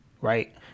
right